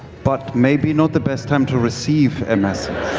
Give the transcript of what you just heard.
but maybe not the best time to receive a message.